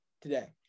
today